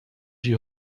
die